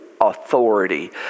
authority